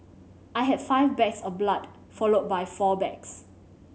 I had five bags of blood followed by four bags